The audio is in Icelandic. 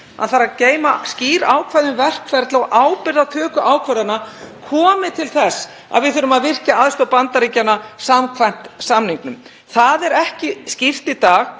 Hann þarf að geyma skýr ákvæði um verkferla og ábyrgð á töku ákvarðana, komi til þess að við þurfum að virkja aðstoð Bandaríkjanna samkvæmt samningnum. Það er ekki skýrt í dag.